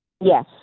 Yes